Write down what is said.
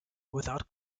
without